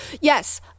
yes